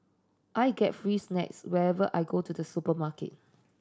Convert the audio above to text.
I get free snacks whenever I go to the supermarket